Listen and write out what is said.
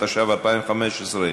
התשע"ו 2015,